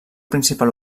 principal